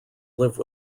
live